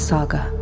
Saga